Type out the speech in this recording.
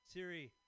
Siri